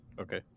okay